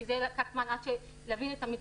כי לקח זמן להבין את המתווה.